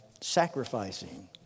sacrificing